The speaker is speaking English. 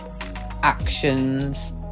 actions